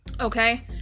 Okay